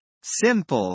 Simple